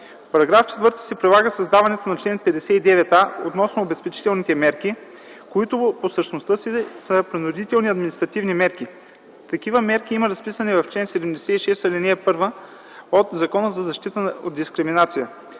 В § 4 се предлага създаването на чл. 59а относно обезпечителните мерки, които по същността си са принудителни административни мерки. Такива мерки има разписани в чл. 76, ал. 1 от Закона за защита от дискриминация